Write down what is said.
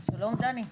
שלום, דני.